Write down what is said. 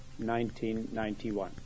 1991